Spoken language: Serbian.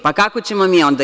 Pa, kako ćemo mi onda?